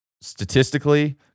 Statistically